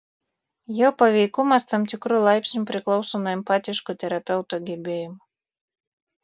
jo paveikumas tam tikru laipsniu priklauso nuo empatiškų terapeuto gebėjimų